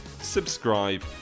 subscribe